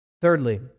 Thirdly